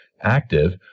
active